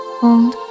hold